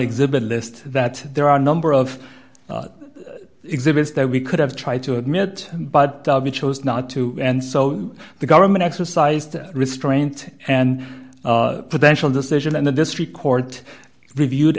exhibit list that there are a number of exhibits that we could have tried to admit but chose not to and so the government exercised restraint and potential decision and the district court reviewed